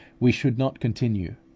we should not continue,